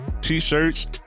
t-shirts